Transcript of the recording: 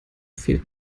fehlt